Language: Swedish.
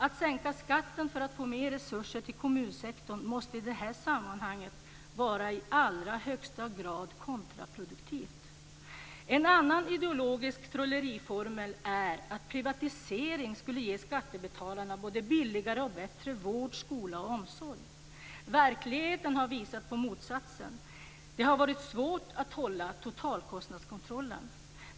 Att sänka skatten för att få mer resurser till kommunsektorn måste i det här sammanhanget vara i allra högsta grad kontraproduktivt. En annan ideologisk trolleriformel är att privatisering skulle ge skattebetalarna både billigare och bättre vård, skola och omsorg. Verkligheten har visat på motsatsen. Det har varit svårt att hålla totalkostnadskontrollen.